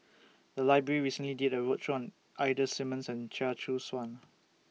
The Library recently did A roadshow on Ida Simmons and Chia Choo Suan